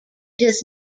does